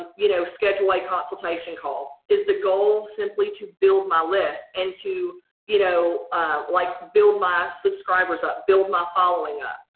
you know schedule a consultation call? is the goal simply to build my list and to you know like build my subscribers up, build my following up?